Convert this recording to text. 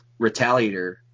Retaliator